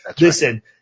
listen